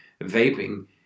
vaping